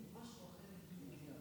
גברתי.